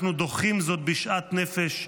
אנחנו דוחים זאת בשאט נפש.